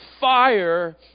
fire